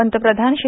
पंतप्रधान श्री